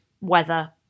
weather